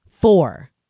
four